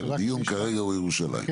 הדיון כרגע הוא על ירושלים,